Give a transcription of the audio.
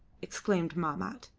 exclaimed mahmat,